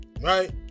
right